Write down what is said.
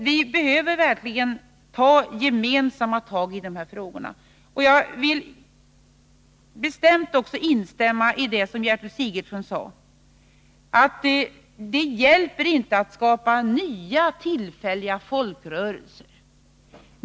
Vi behöver verkligen ta gemensamma tag i dessa frågor. Jag vill också bestämt instämma i vad Gertrud Sigurdsen sade om att det inte hjälper att skapa nya, tillfälliga folkrörelser.